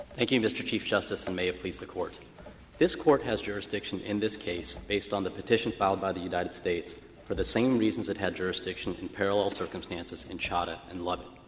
thank you, mr. chief justice, and may it please the court this court has jurisdiction in this case based on the petition filed by the united states for the same reasons it had jurisdiction in parallel circumstances in chadha and lovett.